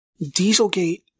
Dieselgate